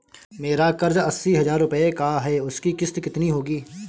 मेरा कर्ज अस्सी हज़ार रुपये का है उसकी किश्त कितनी होगी?